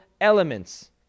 elements